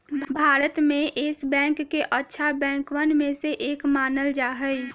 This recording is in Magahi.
भारत में येस बैंक के अच्छा बैंकवन में से एक मानल जा हई